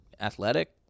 athletic